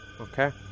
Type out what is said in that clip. Okay